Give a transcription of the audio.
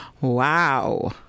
Wow